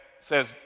says